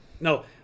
no